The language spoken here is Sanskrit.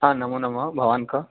हा नमोनमः भवान् क